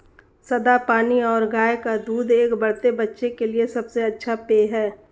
सादा पानी और गाय का दूध एक बढ़ते बच्चे के लिए सबसे अच्छा पेय हैं